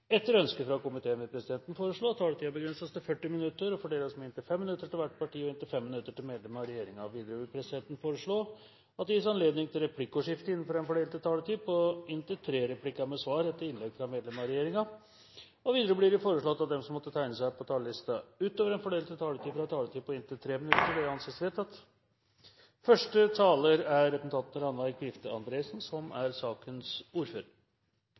Etter ønske fra familie- og kulturkomiteen vil presidenten foreslå at taletiden begrenses til 40 minutter og fordeles med inntil 5 minutter til hvert parti og inntil 5 minutter til medlem av regjeringen. Videre vil presidenten foreslå at det gis anledning til replikkordskifte på inntil tre replikker med svar etter innlegg fra medlem av regjeringen innenfor den fordelte taletid. Videre blir det foreslått at de som måtte tegne seg på talerlisten utover den fordelte taletid, får en taletid på inntil 3 minutter. – Det anses vedtatt. Vi behandler nå noe så spesielt som